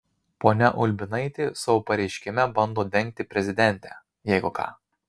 ponia ulbinaitė savo pareiškime bando dengti prezidentę jeigu ką